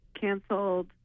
canceled